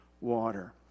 water